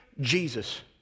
Jesus